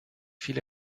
viele